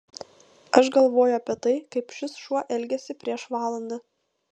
aš galvoju apie tai kaip šis šuo elgėsi prieš valandą